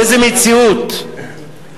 באיזו מציאות?